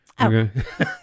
Okay